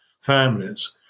families